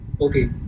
Okay